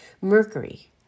Mercury